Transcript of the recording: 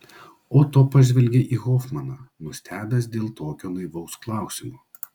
oto pažvelgė į hofmaną nustebęs dėl tokio naivaus klausimo